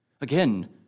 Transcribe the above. Again